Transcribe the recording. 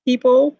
People